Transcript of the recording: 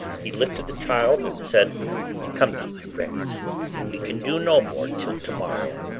he lifted the child and said come now, my friends we can do no more till to-morrow.